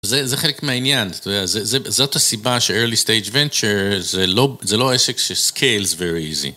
זה חלק מהעניין, זאת הסיבה ש-Early Stage Venture זה לא עסק ש-Scales Very Easy.